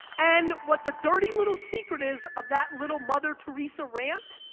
and, what the dirty little secret is of that little mother teresa rant,